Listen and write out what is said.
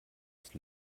ist